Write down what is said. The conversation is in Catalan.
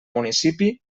municipi